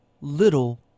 little